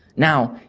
now,